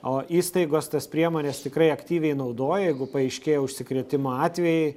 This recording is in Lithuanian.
o įstaigos tas priemones tikrai aktyviai naudoja jeigu paaiškėja užsikrėtimo atvejai